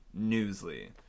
Newsly